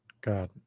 God